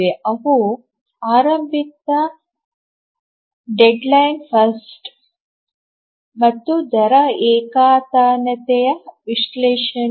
ಅವು ಆರಂಭಿಕ deadline first EDF Earliest Deadline First ಮತ್ತು ದರ ಏಕತಾನತೆಯ ವಿಶ್ಲೇಷಣೆ